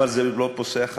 אבל זה לא פוסח עלינו.